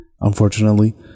Unfortunately